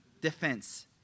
defense